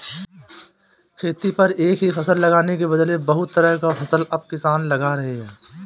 खेती पर एक ही फसल लगाने के बदले बहुत तरह का फसल अब किसान लगा रहे हैं